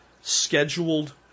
scheduled